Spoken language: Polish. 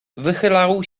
wychylał